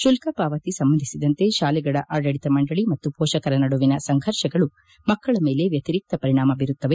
ಶುಲ್ಕ ಪಾವತಿ ಸಂಬಂಧಿಸಿದಂತೆ ಶಾಲೆಗಳ ಅಡಳಿತ ಮಂಡಳಿ ಮತ್ತು ಪೋಷಕರ ನಡುವಿನ ಸಂಫರ್ಷಗಳು ಮಕ್ಕಳ ಮೇಲೆ ವ್ಯತಿರಿಕ್ತ ಪರಿಣಾಮ ಬೀರುತ್ತವೆ